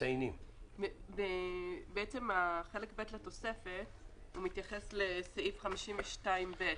בעצם חלק ב' לתוספת מתייחס לסעיף 52 ב':